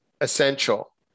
essential